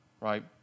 right